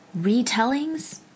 retellings